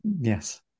Yes